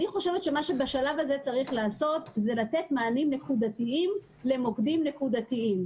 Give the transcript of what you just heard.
אני חושבת שבשלב הזה צריך לתת מענה נקודתיים למוקדים נקודתיים,